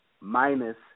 minus